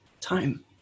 time